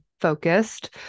focused